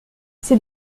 c’est